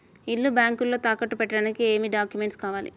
ఇల్లు బ్యాంకులో తాకట్టు పెట్టడానికి ఏమి డాక్యూమెంట్స్ కావాలి?